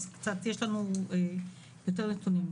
אז יש לנו יותר נתונים.